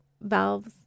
valves